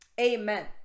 amen